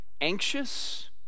anxious